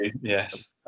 yes